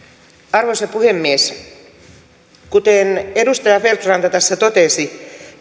arvoisa puhemies kuten edustaja feldt ranta tässä totesi